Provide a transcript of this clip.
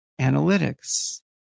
Analytics